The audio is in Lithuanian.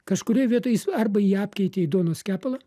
kažkurioj vietoj jis arba jį apkeitė į duonos kepalą